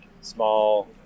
small